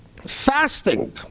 fasting